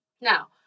Now